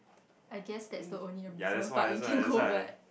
I guess that's the only amusement park we can go but